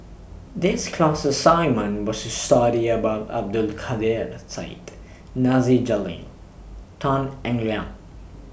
This class assignment was to study about Abdul Kadir Syed Nasir Jalil Tan Eng Liang